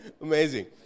amazing